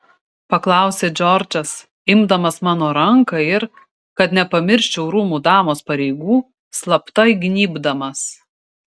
paklausė džordžas imdamas mano ranką ir kad nepamirščiau rūmų damos pareigų slapta įgnybdamas